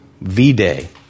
V-Day